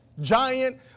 giant